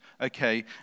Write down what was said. Okay